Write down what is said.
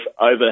over